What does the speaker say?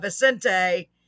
Vicente